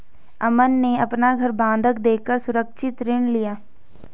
अमन ने अपना घर बंधक देकर सुरक्षित ऋण लिया